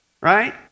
right